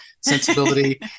sensibility